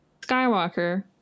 Skywalker